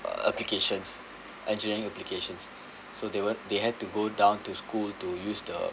applications engineering applications so they won't they had to go down to school to use the